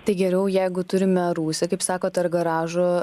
tai geriau jeigu turime rūsį kaip sakot ar garažo